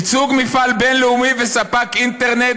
ייצוג מפעל בין-לאומי וספק אינטרנט